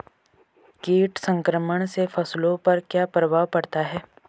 कीट संक्रमण से फसलों पर क्या प्रभाव पड़ता है?